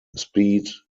speed